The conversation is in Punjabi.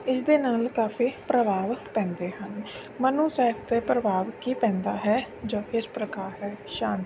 ਇਸ ਦੇ ਨਾਲ ਕਾਫੀ ਪ੍ਰਭਾਵ ਪੈਂਦੇ ਹਨ ਮਨ ਨੂੰ ਸਿਹਤ 'ਤੇ ਪ੍ਰਭਾਵ ਕੀ ਪੈਂਦਾ ਹੈ ਜਾਂ ਕਿਸ ਪ੍ਰਕਾਰ ਹੈ ਸ਼ਾਂਤੀ